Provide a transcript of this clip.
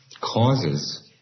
causes